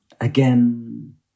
again